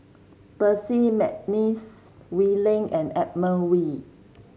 Percy McNeice Wee Lin and Edmund Wee